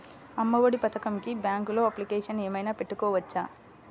అమ్మ ఒడి పథకంకి బ్యాంకులో అప్లికేషన్ ఏమైనా పెట్టుకోవచ్చా?